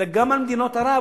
אלא גם על מדינות ערב,